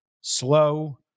slow